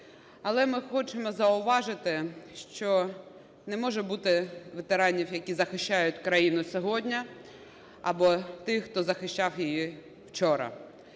Але ми хочемо зауважити, що не може бути ветеранів, які захищають країну сьогодні, або тих, хто захищав її вчора.